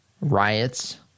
riots